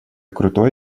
крутой